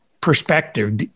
perspective